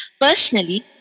Personally